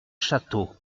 château